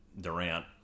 Durant